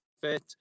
fit